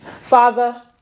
Father